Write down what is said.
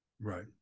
Right